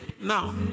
Now